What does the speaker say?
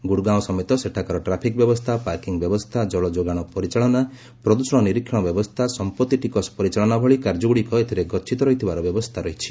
ଗୁଡଗାଓଁ ସମେତ ସେଠାକାର ଟ୍ରାଫିକ୍ ବ୍ୟବସ୍ଥା ପାର୍କିଂ ବ୍ୟବସ୍ଥା ଜଳଯୋଗାଣ ପରିଚାଳନା ପ୍ରଦ୍ଷଣ ନିରୀକ୍ଷଣ ବ୍ୟବସ୍ଥା ସମ୍ପଭି ଟିକସ ପରିଚାଳନା ଭଳି କାର୍ଯ୍ୟଗୁଡ଼ିକ ଏଥିରେ ଗଚ୍ଛିତ ରହିବାର ବ୍ୟବସ୍ଥା ରହିଛି